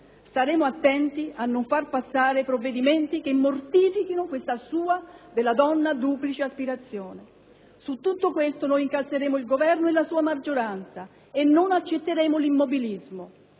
Staremo attenti a non far passare provvedimenti che mortifichino questa duplice aspirazione della donna. Su tutto questo incalzeremo il Governo e la sua maggioranza e non accetteremo l'immobilismo.